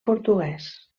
portuguès